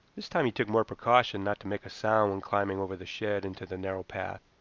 this time he took more precaution not to make a sound when climbing over the shed into the narrow path.